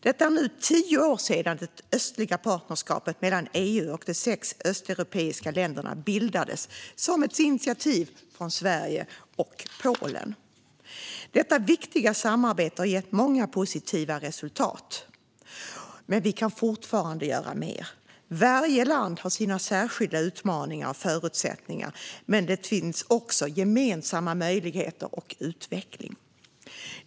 Det är nu tio år sedan det östliga partnerskapet mellan EU och de sex östeuropeiska länderna bildades som ett initiativ från Sverige och Polen. Detta viktiga samarbete har gett många positiva resultat, men vi kan fortfarande göra mer. Varje land har sina särskilda utmaningar och förutsättningar, men det finns också gemensamma möjligheter till utveckling.